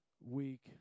week